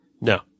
no